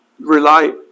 rely